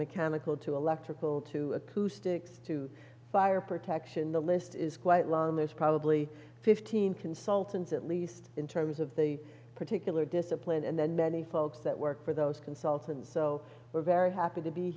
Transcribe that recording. mechanical to electrical to acoustics to fire protection the list is quite long and there's probably fifteen consultants at least in terms of the particular discipline and then many folks that work for those consultants so we're very happy to be